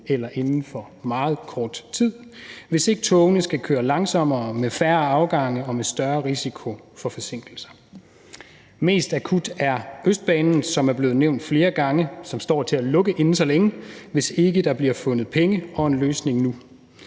eller inden for meget kort tid, hvis ikke togene skal køre langsommere med færre afgange og med større risiko for forsinkelser. Mest akut er problemet for Østbanen, som er blevet nævnt flere gange, og som står til at lukke inden så længe, hvis ikke der bliver fundet penge og en løsning nu.